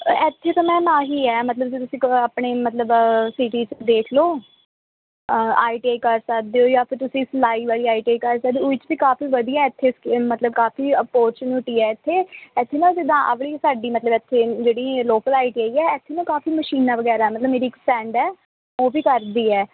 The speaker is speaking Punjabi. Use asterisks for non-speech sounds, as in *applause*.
ਇੱਥੇ ਤਾਂ ਮੈਮ ਆਹੀ ਹੈ ਮਤਲਬ ਜੇ ਤੁਸੀਂ ਕ ਆਪਣੇ ਮਤਲਬ ਸਿਟੀ 'ਚ ਦੇਖ ਲਓ ਆਈ ਟੀ ਆਈ ਕਰ ਸਕਦੇ ਹੋ ਜਾਂ ਫਿਰ ਤੁਸੀਂ ਸਿਲਾਈ ਵਾਲੀ ਆਈ ਟੀ ਆਈ ਕਰ ਸਕਦੇ ਹੋ *unintelligible* 'ਚ ਵੀ ਕਾਫੀ ਵਧੀਆ ਇੱਥੇ ਮਤਲਬ ਕਾਫੀ ਅਪੋਚੁਨੀਟੀ ਹੈ ਇੱਥੇ ਇੱਥੇ ਨਾ ਜਿੱਦਾਂ ਆਹ ਵਾਲੀ ਸਾਡੀ ਮਤਲਬ ਇੱਥੇ ਜਿਹੜੀ ਲੋਕਲ ਆਈ ਟੀ ਆਈ ਹੈ ਇੱਥੇ ਨਾ ਕਾਫੀ ਮਸ਼ੀਨਾਂ ਵਗੈਰਾ ਮਤਲਬ ਮੇਰੀ ਇੱਕ ਫਰੈਂਡ ਹੈ ਉਹ ਵੀ ਕਰਦੀ ਹੈ